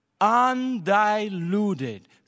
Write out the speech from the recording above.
undiluted